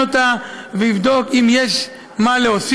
מה קרה?